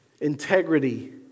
integrity